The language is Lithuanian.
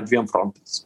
dviem frontais